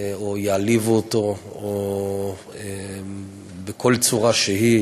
או שיעליבו אותו בכל צורה שהיא